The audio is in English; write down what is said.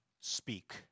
speak